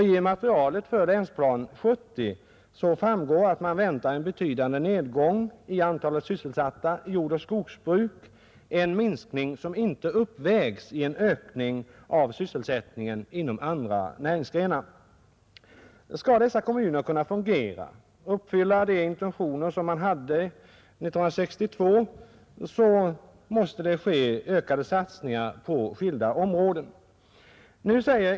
Av Länsprogram 1970 framgår att man väntar en betydande nedgång i antalet sysselsatta i jordoch skogsbruk, och den minskningen uppvägs inte av en ökning i sysselsättningen inom andra näringar. Om dessa kommuner skall kunna fungera och uppfylla de intentioner man hade vid principbeslutet 1962, så måste det ökade satsningar till på skilda områden.